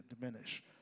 diminish